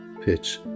pitch